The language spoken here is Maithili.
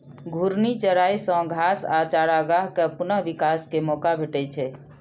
घूर्णी चराइ सं घास आ चारागाह कें पुनः विकास के मौका भेटै छै